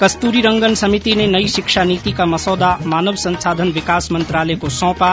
कस्तूरीरंगन समिति ने नई शिक्षा नीति का मसौदा मानव संसाधन विकास मंत्रालय को सौंपा